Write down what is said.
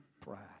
Pride